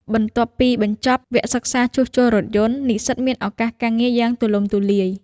បន្ទាប់ពីបញ្ចប់វគ្គសិក្សាជួសជុលរថយន្ត និស្សិតមានឱកាសការងារយ៉ាងទូលំទូលាយ។